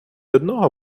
одного